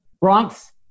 Bronx